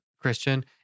christian